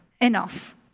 enough